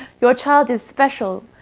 your child is special.